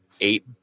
eight